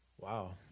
Wow